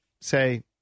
say